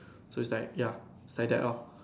so it's like ya it's like that lor